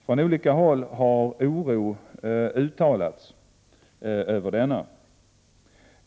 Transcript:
Från olika håll har oro uttalats över denna.